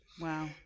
wow